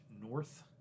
North